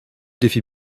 défie